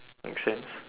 make sense